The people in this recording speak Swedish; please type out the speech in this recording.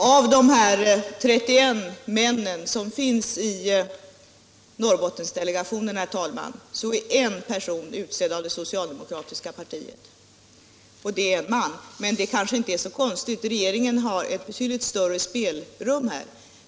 Herr talman! Av de 31 män som finns i Norrbottendelegationen är en person utsedd av det socialdemokratiska partiet. Det är en man, men det är kanske inte så konstigt — regeringen har ett betydligt större spelrum.